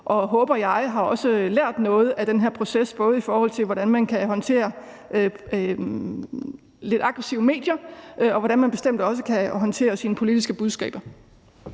– håber jeg – lært noget i den her proces, både i forhold til hvordan man kan håndtere lidt aggressive medier, og hvordan man bestemt også kan håndtere sine politiske budskaber.